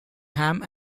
ham